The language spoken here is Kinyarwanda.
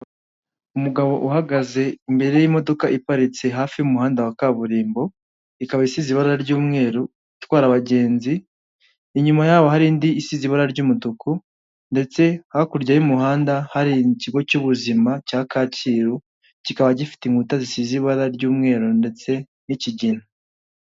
umugabo uhagaze imbere y'imodoka iparitse hafi y'umuhanda wa kaburimbo ikaba isize ibara ry'umweru itwara abagenzi inyuma yaho hari indi isize ibara ry'umutuku ndetse hakurya y'umuhanda hari ikigo cy'ubuzima cya kacyiru kikaba gifite inkuta zisize ibara ry'umweru ndetse n'ikigina.